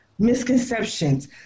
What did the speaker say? Misconceptions